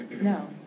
No